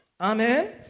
Amen